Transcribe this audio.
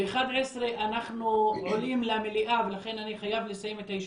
ב-11:00 אנחנו עולים למליאה ולכן אני חייב לסיים את הישיבה,